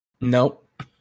Nope